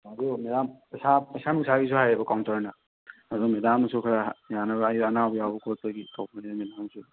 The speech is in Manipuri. ꯑꯗꯣ ꯃꯦꯗꯥꯝ ꯄꯩꯁꯥ ꯄꯩꯁꯥ ꯅꯨꯡꯁꯥꯒꯤꯁꯨ ꯍꯥꯏꯌꯦꯕ ꯀꯥꯎꯟꯇꯔꯅ ꯑꯗꯨ ꯃꯦꯗꯥꯝꯁꯨ ꯈꯔ ꯌꯥꯅꯕ ꯑꯩꯁꯨ ꯑꯅꯥꯕ ꯌꯥꯎꯕ ꯈꯣꯠꯄꯒꯤ ꯇꯧꯕꯅꯦ ꯃꯦꯗꯥꯝꯁꯨ